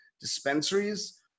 dispensaries